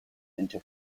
into